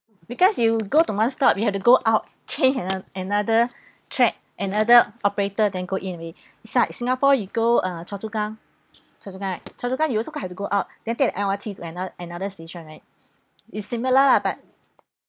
because you go to one stop you have to go out change anoth~ another track another operator than go in already is like singapore you go uh choa chu kang choa chu kang right choa chu kang you also have to go out then take a L_R_T to anoth~ another station right is similar lah but